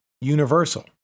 universal